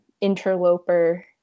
interloper